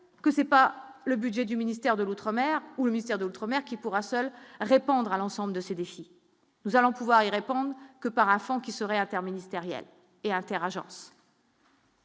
que c'est pas. Le budget du ministère de l'Outre-mer ou mystère d'autres maires qui pourra seul répondre à l'ensemble de ces défis, nous allons pouvoir y répondent que par un fonds qui serait interministériel et inter-agences.